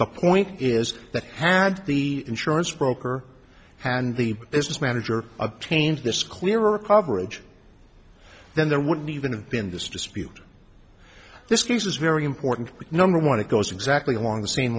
the point is that had the insurance broker and the business manager obtained this clearer coverage then there wouldn't even have been this dispute this case is very important number one it goes exactly along the s